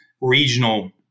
regional